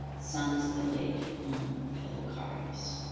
sons of the late figliocarius.